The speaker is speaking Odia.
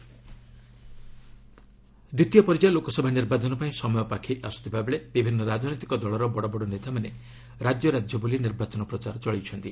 ଇଲେକ୍ସନ୍ ରାଉଣ୍ଡ୍ ଅପ୍ ଦ୍ୱିତୀୟ ପର୍ଯ୍ୟାୟ ଲୋକସଭା ନିର୍ବାଚନ ପାଇଁ ସମୟ ପାଖେଇ ଆସୁଥିବାବେଳେ ବିଭିନ୍ନ ରାଜନୈତିକ ଦଳର ବଡ଼ ବଡ଼ ନେତାମାନେ ରାଜ୍ୟ ରାଜ୍ୟ ବୁଲି ନିର୍ବାଚନ ପ୍ରଚାର ଚଳାଇଛନ୍ତି